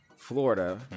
florida